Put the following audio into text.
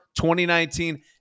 2019